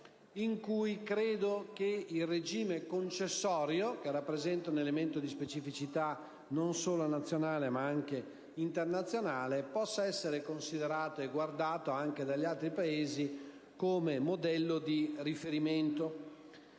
in cui credo che il regime concessorio, che rappresenta un elemento di specificità non solo nazionale ma anche internazionale, possa essere considerato e guardato anche dagli altri Paesi come modello di riferimento.